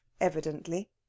evidently